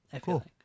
Cool